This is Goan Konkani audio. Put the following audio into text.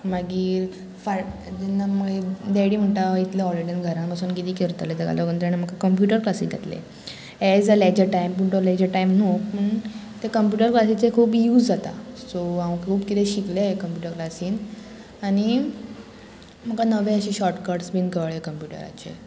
मागीर फाल्या मागीर डॅडी म्हणटा इतले ऑलरेडी घरान पासून किदें करतले तेका लागून जाण म्हाका कंप्युटर क्लासीक घातले एज अ लेजर टायम पूण तो लेजर टायम न्हू पूण ते कंप्युटर क्लासीचे खूब यूज जाता सो हांव खूब कितें शिकलें हें कंप्युटर क्लासीन आनी म्हाका नवें अशें शॉर्टकट्स बीन कळ्ळें कंप्युटराचेर